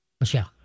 Michelle